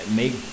make